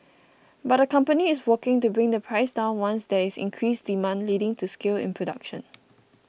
but the company is working to bring the price down once there is increased demand leading to scale in production